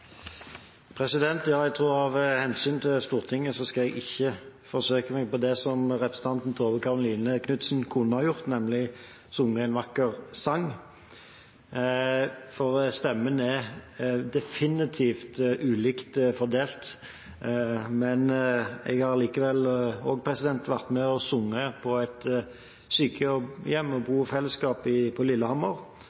Ja, jeg tror at av hensyn til Stortinget skal jeg ikke forsøke meg på det som representanten Tove Karoline Knutsen kunne ha gjort, nemlig synge en vakker sang, for stemmene er definitivt ulikt fordelt. Men jeg har allikevel vært med og sunget på et sykehjem, i et bofellesskap på Lillehammer, og